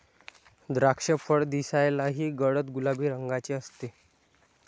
द्राक्षफळ दिसायलाही गडद गुलाबी रंगाचे असते